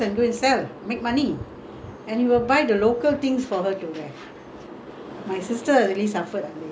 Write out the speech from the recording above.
my sister really suffered under him and my other two brothers also I didn't suffer much because uh most of the time I spent with my brothers